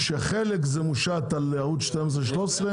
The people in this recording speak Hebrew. זאת אומרת שחלק זה מושת על ערוצים 12 ו-13,